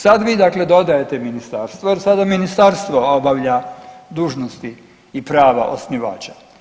Sad vi dakle dodajete ministarstvo jer sada ministarstvo obavlja dužnosti i prava osnivača.